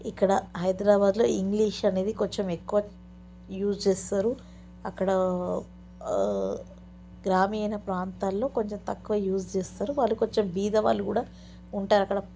ఇక్కడ హైదరాబాదులో ఇంగ్లీష్ అనేది కొంచెం ఎక్కువ యూజ్ చేస్తారు అక్కడా గ్రామీణ ప్రాంతాల్లో కొంచెం తక్కువ యూజ్ చేస్తారు వాళ్ళు కొంచెం బీదవాళ్ళు కూడా ఉంటారు అక్కడ